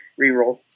Reroll